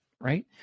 right